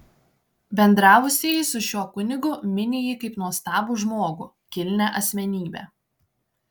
bendravusieji su šiuo kunigu mini jį kaip nuostabų žmogų kilnią asmenybę